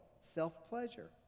self-pleasure